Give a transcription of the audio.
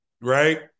right